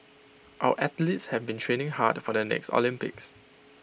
our athletes have been training hard for the next Olympics